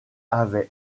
avait